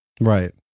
Right